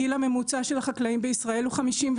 הגיל הממוצע של החקלאים בישראל הוא 59,